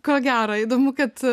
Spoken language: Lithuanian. ko gero įdomu kad